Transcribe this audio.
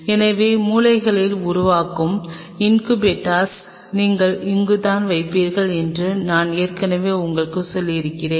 எனவே மூலைகளில் உருவாகும் இன்குபேட்டர்களை நீங்கள் இங்குதான் வைப்பீர்கள் என்று நான் ஏற்கனவே உங்களுக்குச் சொல்லியிருக்கிறேன்